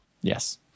Yes